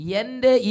Yende